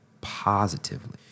positively